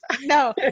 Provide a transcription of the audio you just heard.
No